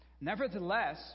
Nevertheless